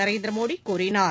நரேந்திரமோடிகூறினார்